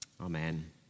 Amen